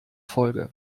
folge